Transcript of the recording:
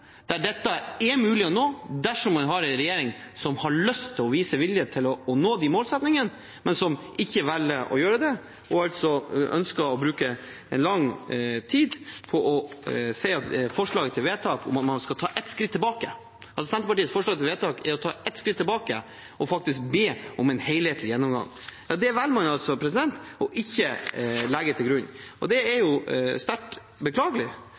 der dette er mulig å nå dersom man har en regjering som har lyst til og viser vilje til å nå de målsettingene, men som velger ikke å gjøre det. Senterpartiets forslag er å ta ett skritt tilbake – vi ber om en helhetlig gjennomgang. Det velger man altså å ikke legge til grunn, og det er sterkt beklagelig.